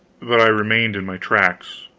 but i remained in my tracks,